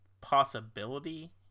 possibility